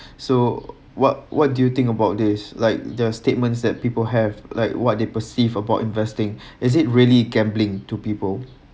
so what what do you think about this like their statements that people have like what they perceive about investing is it really gambling to people